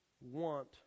want